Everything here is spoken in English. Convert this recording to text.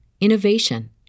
innovation